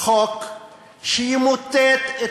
חוק שימוטט את